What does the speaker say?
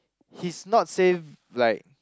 he's not safe like